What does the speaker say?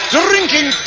drinking